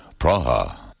Praha